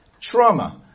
trauma